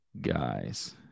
guys